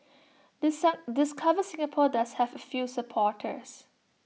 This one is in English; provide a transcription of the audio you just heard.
discover Singapore does have A few supporters